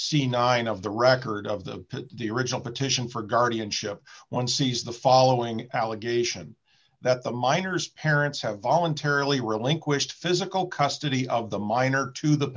see nine of the record of the the original petition for guardianship one sees the following allegation that the minors parents have voluntarily relinquished physical custody of the minor to the